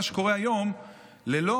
מה שקורה היום הוא שללא